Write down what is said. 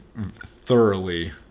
thoroughly